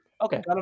Okay